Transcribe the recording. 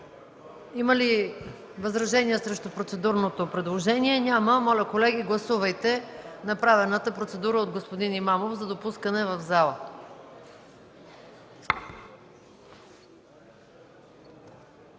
Има ли възражения срещу процедурното предложение? Няма. Моля, колеги, гласувайте направената процедура от господин Имамов за допускане в залата.